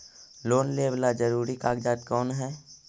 Loan लेब ला जरूरी कागजात कोन है?